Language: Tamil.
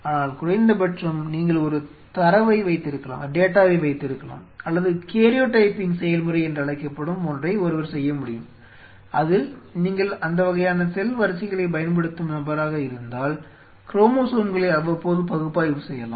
ஆனால் குறைந்த பட்சம் நீங்கள் ஒரு தரவை வைத்திருக்கலாம் அல்லது காரியோடைப்பிங் செயல்முறை என்று அழைக்கப்படும் ஒன்றை ஒருவர் செய்ய முடியும் அதில் நீங்கள் அந்த வகையான செல் வரிசைகளைப் பயன்படுத்தும் நபராக இருந்தால் குரோமோசோம்களை அவ்வப்போது பகுப்பாய்வு செய்யலாம்